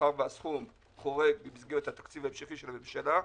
מאחר שהסכום חורג ממסגרת התקציב ההמשכי של הממשלה,